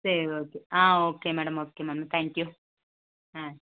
சரி ஓகே ஆ okay madam okay ma'am thank you ஆ